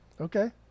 Okay